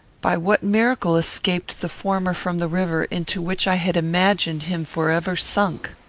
by what miracle escaped the former from the river, into which i had imagined him forever sunk?